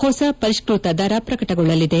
ಹೊಸ ಪರಿಷ್ಕ ತ ದರ ಪ್ರಕಟಗೊಳ್ಳಲಿದೆ